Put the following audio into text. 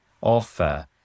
offer